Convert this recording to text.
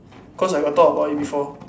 cause I got thought about it before